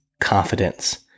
confidence